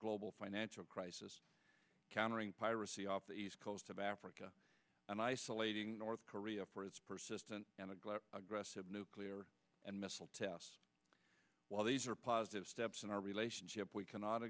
global financial crisis countering piracy off the east coast of africa and isolating north korea for its persistent and a glass aggressive nuclear and missile tests while these are positive steps in our relationship we cannot